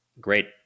great